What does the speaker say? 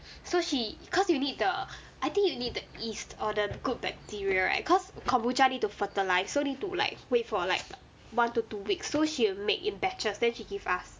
so she cause you need the I think you need yeast or the good bacteria right cause kombucha need to fertilise so need to like wait for like one to two weeks so she'll make in batches then she give us